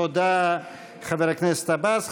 תודה, חבר הכנסת עבאס.